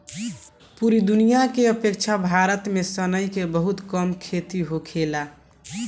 पूरा दुनिया के अपेक्षा भारत में सनई के बहुत कम खेती होखेला